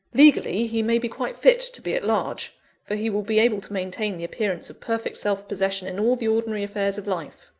legally, he may be quite fit to be at large for he will be able to maintain the appearance of perfect self-possession in all the ordinary affairs of life.